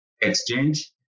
exchange